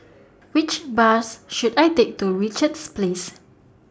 Which Bus should I Take to Richards Place